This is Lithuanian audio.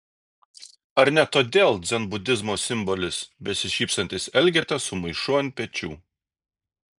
ar ne todėl dzenbudizmo simbolis besišypsantis elgeta su maišu ant pečių